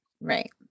Right